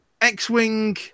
X-Wing